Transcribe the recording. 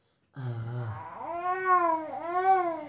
तत्काल भोगतान लेल वायर ट्रांस्फरकेँ सेहो नीक जेंका उपयोग कैल जाइत छै